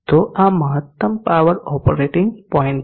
તો આ મહત્તમ પાવર ઓપરેટિંગ પોઇન્ટ છે